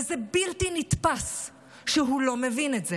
וזה בלתי נתפס שהוא לא מבין את זה.